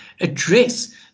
address